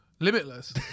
Limitless